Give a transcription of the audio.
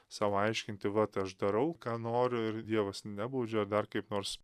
sau aiškinti vat aš darau ką noriu ir dievas nebaudžia ar dar kaip nors